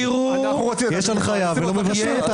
נא לא להפריע.